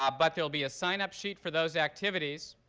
um but there will be a sign-up sheet for those activities,